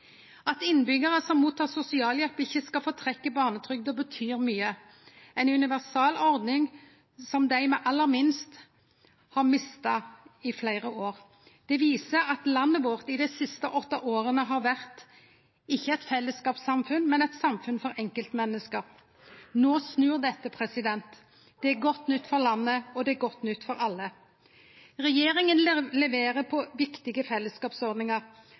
At innbyggjarar som mottek sosialhjelp, ikkje skal få trekk i barnetrygda, betyr mykje. Det er ei universal ordning som dei med aller minst har mista i fleire år. Det viser at landet vårt dei siste åtte åra ikkje har vore eit fellesskapssamfunn, men eit samfunn for enkeltmenneske. No snur dette. Det er godt nytt for landet, og det er godt nytt for alle. Regjeringa leverer på viktige fellesskapsordningar.